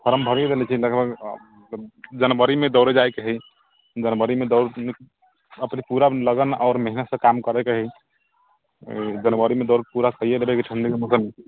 form भरि देने छी लगभग जनवरीमे दौड़य जायके हइ जनवरीमे दौड़ अपन पूरा मेहनत आओर लगनसँ काम करैके हइ जनवरीमे दौड़ पूरा करयके हइ जनवरीमे दौड़ ई ठण्डमे